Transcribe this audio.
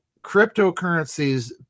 cryptocurrencies